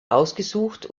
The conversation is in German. ausgesucht